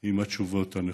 עם התשובות הנכונות.